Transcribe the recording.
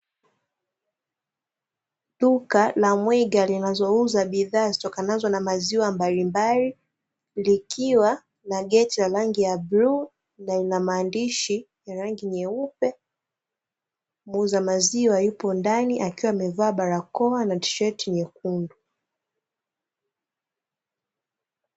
Duka la Mwiga linazouza bidhaa zitokanazo na maziwa mbalimbali, likiwa na geti la rangi ya bluu, na lina maandishi ya rangi nyeupe. Muuza maziwa yupo ndani akiwa amevaa barakoa na tisheti nyekundu.